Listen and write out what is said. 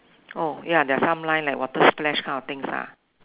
oh ya there are some line like water splash kind of things ah